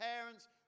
parents